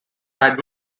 had